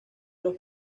los